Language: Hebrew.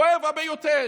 כואב הרבה יותר.